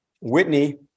Whitney